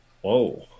Whoa